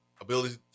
ability